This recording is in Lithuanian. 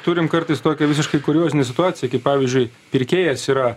turim kartais tokią visiškai kuriozinę situaciją kai pavyzdžiui pirkėjas yra